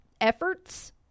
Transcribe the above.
efforts –